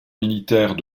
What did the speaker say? militaire